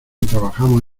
trabajamos